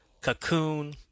Cocoon